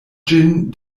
ĝin